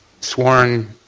sworn